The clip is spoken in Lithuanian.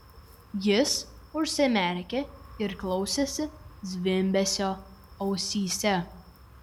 jis užsimerkė ir klausėsi zvimbesio ausyse